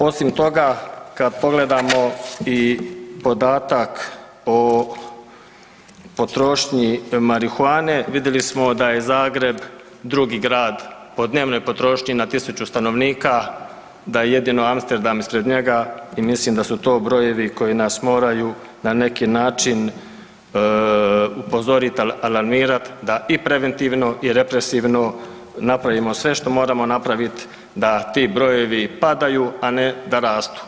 Osim toga kada pogledamo i podatak o potrošnji marihuane vidjeli smo da je Zagreb 2. grad po dnevnoj potrošnji na tisuću stanovnika, da je jedino Amsterdam ispred njega i mislim da su to brojevi koji nas moraju na neki način upozoriti, alarmirati da i preventivno i represivno napravimo sve što moramo napraviti da ti brojevi padaju, a ne da rastu.